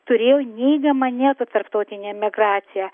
turėjo neigiamą nėto tarptautinė migracija